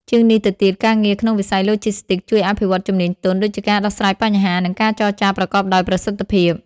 ជាងនេះទៅទៀត ការងារក្នុងវិស័យឡូជីស្ទីកជួយអភិវឌ្ឍជំនាញទន់ ដូចជាការដោះស្រាយបញ្ហា និងការចរចាប្រកបដោយប្រសិទ្ធភាព។